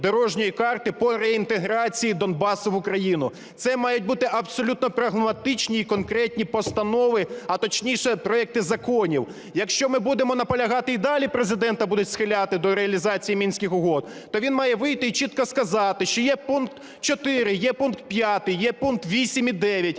дорожньої карти по реінтеграції Донбасу в Україну. Це мають бути абсолютно прагматичні і конкретні постанови, а точніше проекти законів. Якщо ми будемо наполягати і далі, Президента будуть схиляти до реалізації Мінських угод, то він має вийти і чітко сказати, що є пункт 4, є пункт 5, є пункт 8 і 9,